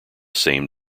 same